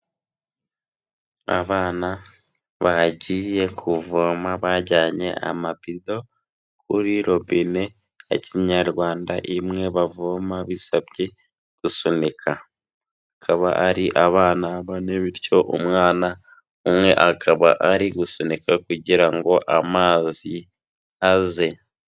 Abana bagiye kuvoma bajyanye amabido kuri robine ya kinyarwanda, imwe bavoma bisabye gusunika, akaba ari abana bane bityo umwana umwe akaba ari gusunika kugira ngo amazi aze.